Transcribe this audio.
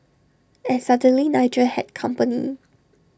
and suddenly Nigel had company